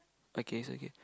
okay it's okay